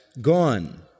gone